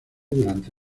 durante